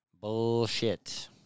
Bullshit